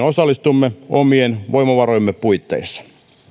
osallistumme omien voimavarojemme puitteissa